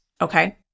okay